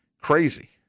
Crazy